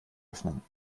öffnen